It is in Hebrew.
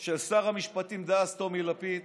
של שר המשפטים דאז טומי לפיד